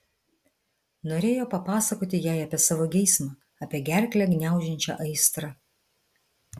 norėjo papasakoti jai apie savo geismą apie gerklę gniaužiančią aistrą